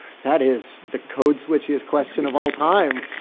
that is the code-switchiest question of all time.